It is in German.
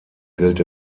gilt